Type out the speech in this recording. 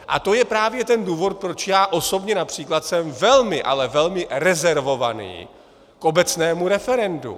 A to je právě ten důvod, proč já osobně například jsem velmi, ale velmi rezervovaný k obecnému referendu.